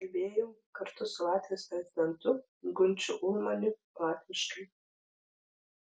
kalbėjau kartu su latvijos prezidentu gunčiu ulmaniu latviškai